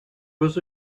was